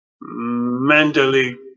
mentally